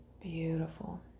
Beautiful